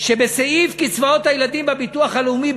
כשבסעיף קצבאות הילדים בביטוח הלאומי,